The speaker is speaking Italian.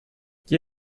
chi